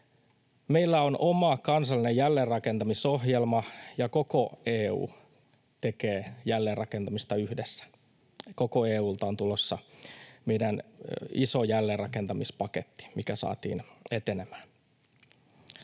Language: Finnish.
Meillä on oma kansallinen jälleenrakentamisohjelma, ja koko EU tekee jälleenrakentamista yhdessä. Koko EU:lta on tulossa meidän iso jälleenrakentamispaketti, mikä saatiin etenemään.